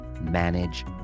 manage